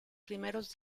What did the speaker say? primeros